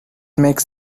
makes